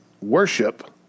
worship